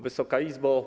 Wysoka Izbo!